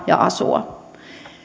ja asua